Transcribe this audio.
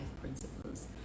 principles